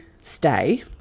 stay